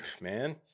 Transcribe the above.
man